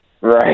Right